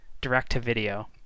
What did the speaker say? direct-to-video